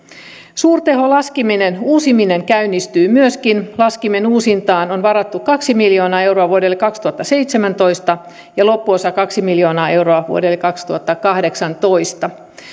suurteholaskimen uusiminen käynnistyy myöskin laskimen uusintaan on varattu kaksi miljoonaa euroa vuodelle kaksituhattaseitsemäntoista ja loppuosa kaksi miljoonaa euroa vuodelle kaksituhattakahdeksantoista